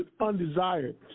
undesired